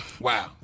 wow